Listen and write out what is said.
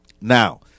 Now